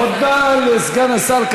תודה לסגן השר.